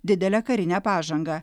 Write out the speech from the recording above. didelę karinę pažangą